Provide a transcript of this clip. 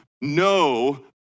no